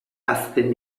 hazten